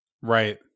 Right